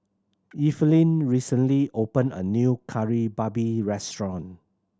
Evelyn recently opened a new Kari Babi restaurant